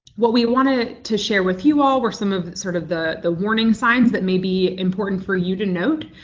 what we wanted to to share with you all were some of sort of the the warning signs that may be important for you to note.